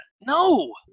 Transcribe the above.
No